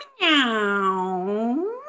Meow